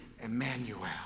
Emmanuel